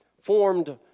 formed